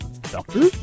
Doctor